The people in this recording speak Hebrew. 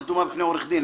חתומה בפני עורך דין,